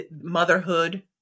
motherhood